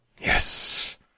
Yes